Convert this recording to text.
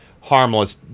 harmless